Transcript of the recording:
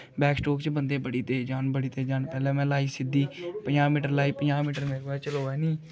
back stroke च बंदे बड़ी तेज़ जान बड़ी तेज़ जान फिर में लाई सिद्धी पंजाह् मीटर पंजाह् मीटर मेरे कोला दा चलोऐ निं